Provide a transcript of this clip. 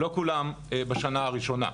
ולא כולן בשנה הראשונה.